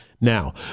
now